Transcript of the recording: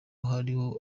harimo